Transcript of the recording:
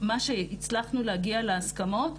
מה שהצלחנו להגיע להסכמות,